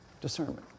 Discernment